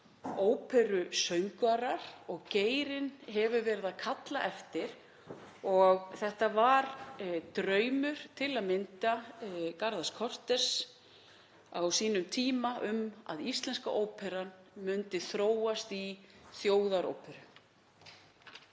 óperusöngvarar og geirinn hefur verið að kalla eftir. Þetta var til að mynda draumur Garðars Cortes á sínum tíma, að Íslenska óperan myndi þróast í Þjóðaróperu.